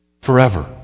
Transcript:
Forever